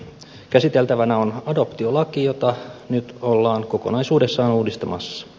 käsiteltävänä on adoptiolaki jota nyt ollaan kokonaisuudessaan uudistamassa